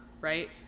right